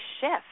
shift